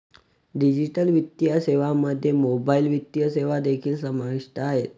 digital वित्तीय सेवांमध्ये mobile वित्तीय सेवा देखील समाविष्ट आहेत